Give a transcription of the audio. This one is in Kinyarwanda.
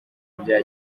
bya